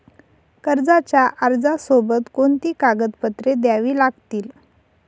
कर्जाच्या अर्जासोबत कोणती कागदपत्रे द्यावी लागतील?